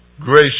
gracious